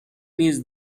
نیز